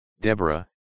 Deborah